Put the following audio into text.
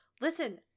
listen